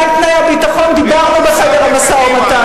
מה הם תנאי הביטחון, דיברנו בחדר המשא-ומתן.